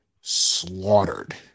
slaughtered